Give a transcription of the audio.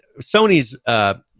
sony's